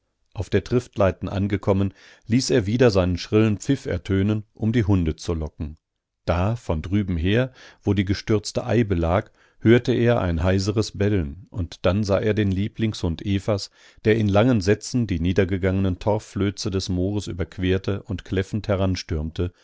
auf der triftleiten angekommen ließ er wieder seinen schrillen pfiff ertönen um die hunde zu locken da von drüben her wo die gestürzte eibe lag hörte er ein heiseres bellen und dann sah er den lieblingshund evas der in langen sätzen die niedergegangenen torfflöze des moores überquerte und kläffend